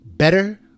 Better